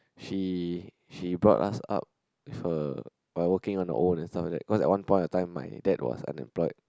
she she brought us up with a by working on her own and stuff like that cause at one point in time my dad was unemployed